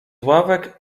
ławek